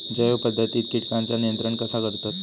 जैव पध्दतीत किटकांचा नियंत्रण कसा करतत?